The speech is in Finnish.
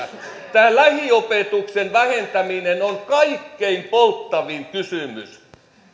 tämä lähiopetuksen vähentäminen on kaikkein polttavin kysymys